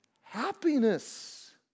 Happiness